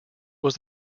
was